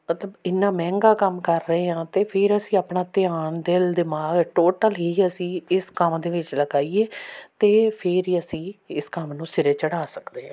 ਮਤਲਬ ਇੰਨਾ ਮਹਿੰਗਾ ਕੰਮ ਕਰ ਰਹੇ ਹਾਂ ਅਤੇ ਫਿਰ ਅਸੀਂ ਆਪਣਾ ਧਿਆਨ ਦਿਲ ਦਿਮਾਗ ਟੋਟਲ ਹੀ ਅਸੀਂ ਇਸ ਕੰਮ ਦੇ ਵਿੱਚ ਲਗਾਈਏ ਤਾਂ ਫੇਰ ਹੀ ਅਸੀਂ ਇਸ ਕੰਮ ਨੂੰ ਸਿਰੇ ਚੜ੍ਹਾ ਸਕਦੇ ਹਾਂ